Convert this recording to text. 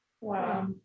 Wow